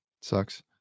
sucks